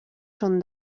són